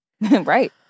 Right